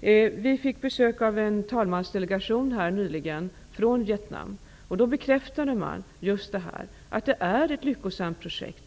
Sverige fick nyligen besök av en talmansdelegation från Vietnam. Deltagarna i delegationen bekräftade att Bai Bang är ett lyckosamt projekt.